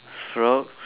frogs